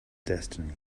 destiny